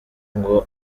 ngo